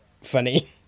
funny